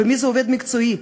ומי זה עובד מקצועי?